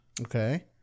Okay